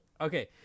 Okay